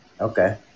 Okay